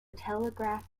telegraph